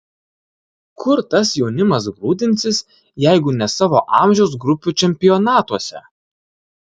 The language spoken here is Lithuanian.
kur tas jaunimas grūdinsis jeigu ne savo amžiaus grupių čempionatuose